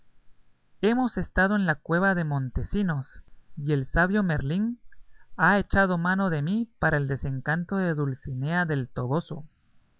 hemos estado en la cueva de montesinos y el sabio merlín ha echado mano de mí para el desencanto de dulcinea del toboso